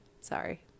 sorry